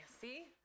See